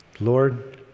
Lord